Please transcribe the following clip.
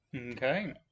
Okay